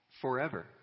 forever